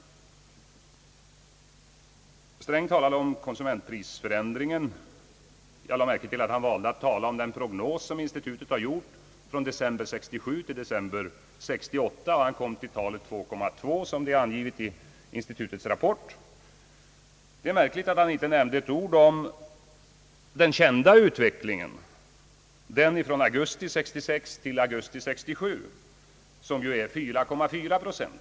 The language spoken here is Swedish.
Herr Sträng talade om konsumentprisförändringen. Jag lade märke till att han valde att tala om den prognos som institutet gjort från december 1967 till december 1968. Han kom då till talet 2,2, som är angivet i institutets rapport. Det är märkligt att han inte nämnde ett ord om den kända utvecklingen, från augusti 1966 till augusti 1967, som är 4,4 procent.